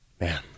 Man